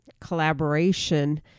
collaboration